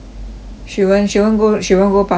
she won't she won't go she won't go pass china town